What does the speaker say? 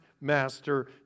Master